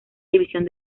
división